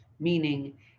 meaning